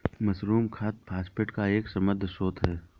mushroom खाद phosphate का एक समृद्ध स्रोत है